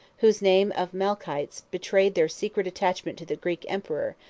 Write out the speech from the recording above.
whose name of melchites betrayed their secret attachment to the greek emperor,